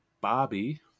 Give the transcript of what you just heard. Bobby